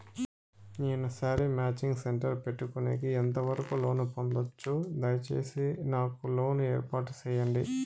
నేను sari matching centre పెట్టుకునేకి ఎంత వరకు లోను పొందొచ్చు? దయసేసి నాకు లోను ఏర్పాటు సేయండి?